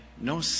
No